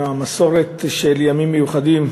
המסורת של ימים מיוחדים,